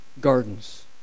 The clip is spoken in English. gardens